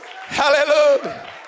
Hallelujah